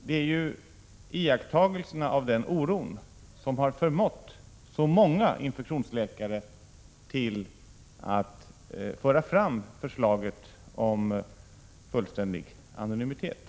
Det är ju iakttagelserna av den oron som har förmått så många infektionsläkare att föra fram förslaget om fullständig anonymitet.